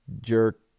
jerk